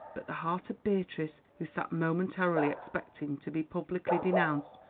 but the heart of beatrice, who sat momentarily expecting to be publicly denounced,